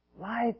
Life